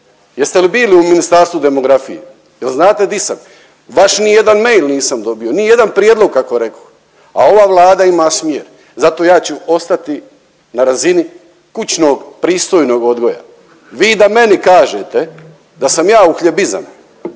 Jeste li bili u ministarstvu demografije? Jel znate di sam? Vaš nijedan mail nisam dobio, nijedan prijedlog kako rekoh. A ova Vlada ima smjer, zato ja ću ostati na razini kućnog pristojnog odgoja. Vi da meni kažete da sam ja uhljebizam,